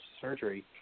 surgery